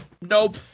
Nope